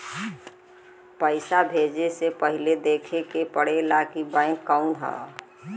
पइसा भेजे से पहिले देखे के पड़ेला कि बैंक कउन ह